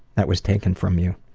that was taken from you.